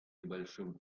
небольшим